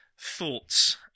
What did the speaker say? thoughts